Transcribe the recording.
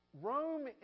Rome